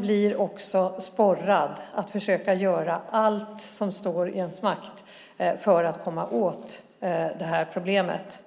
blir också sporrad att försöka göra allt som står i ens makt för att komma åt det här problemet.